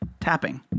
tapping